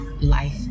life